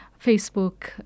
Facebook